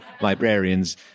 librarians